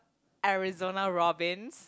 Arizona Robbins